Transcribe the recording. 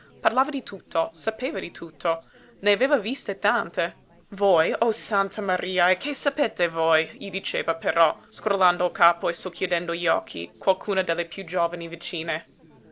parlava di tutto sapeva di tutto ne aveva viste tante voi oh santa maria e che sapete voi gli diceva però scrollando il capo e socchiudendo gli occhi qualcuna delle piú giovani vicine